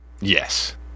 Yes